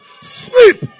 Sleep